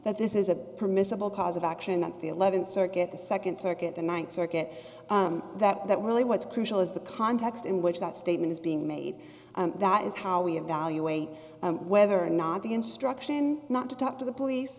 that this is a permissible cause of action that the eleventh circuit the second circuit the ninth circuit that really what's crucial is the context in which that statement is being made that is how we evaluate whether or not the instruction not to talk to the police